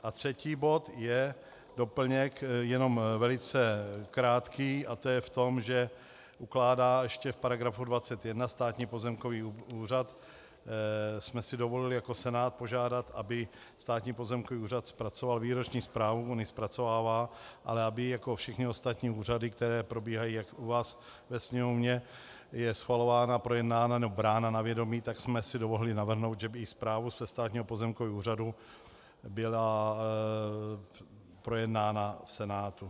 A třetí bod je doplněk, jenom velice krátký, a to je v tom, že ukládá ještě v § 21 Státní pozemkový úřad, jsme si dovolili jako Senát požádat, aby Státní pozemkový úřad zpracoval výroční zprávu, on ji zpracovává, ale aby ji jako všechny ostatní úřady, které probíhají jak u vás ve Sněmovně, je schvalována, projednána nebo brána na vědomí, tak jsme si dovolili navrhnout, že by i zpráva Státního pozemkového úřadu byla projednána v Senátu.